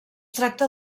tracta